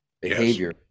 behavior